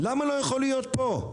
למה לא יכול להיות פה?